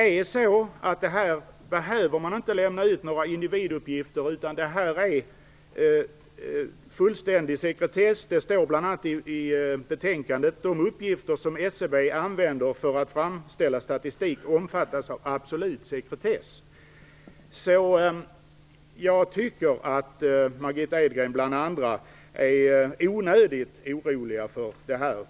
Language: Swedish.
Man behöver inte lämna ut några individuppgifter, utan det råder fullständig sekretess. Det står bl.a. i betänkandet att de uppgifter som SCB använder för att framställa statistik omfattas av absolut sekretess. Jag tycker därför att bl.a. Margitta Edgren är onödigt orolig för det här.